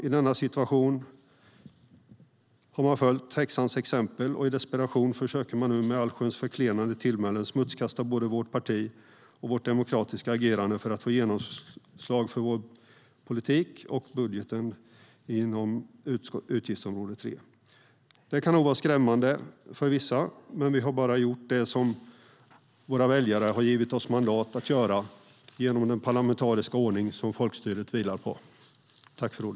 I denna situation har de följt häxans exempel, och i desperation försöker de nu att med allsköns förklenande tillmälen smutskasta både vårt parti och vårt demokratiska agerande för att få genomslag för vår politik och för budgeten inom utgiftsområde 3. Det kan nog vara skrämmande för vissa, men vi har bara gjort det som våra väljare har givit oss mandat att göra genom "den parlamentariska ordning som folkstyret vilar på".